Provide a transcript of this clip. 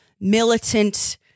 militant